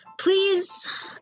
please